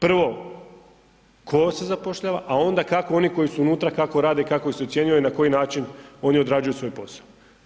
Prvo, tko se zapošljava, a onda kako oni koji su unutra, kako rade i kako se ocjenjuju i na koji način oni odrađuju svoj posao.